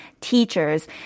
teachers